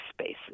spaces